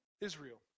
Israel